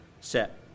set